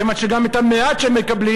כיוון שגם המעט שהם מקבלים,